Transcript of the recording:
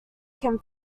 can